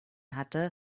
hatte